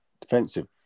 defensive